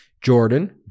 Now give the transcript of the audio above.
jordan